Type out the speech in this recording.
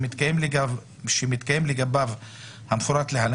שמתקיים לגביו המפורט להלן,